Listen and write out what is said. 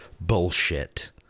Bullshit